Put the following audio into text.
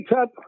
up